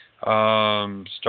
start